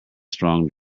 strong